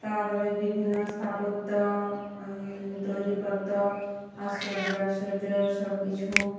তারা তাদের বিভিন্ন স্থাপত্য তৈরি করত আশ্চর্য আশ্চর্য সব কিছু